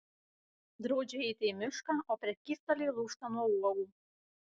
draudžia eiti į mišką o prekystaliai lūžta nuo uogų